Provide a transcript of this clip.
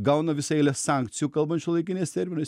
gauna visą eilę sankcijų kalbant šiuolaikiniais terminais